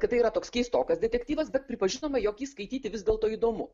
kad tai yra toks keistokas detektyvas bet pripažinome jog jį skaityti vis dėlto įdomu